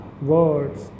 words